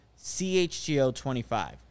CHGO25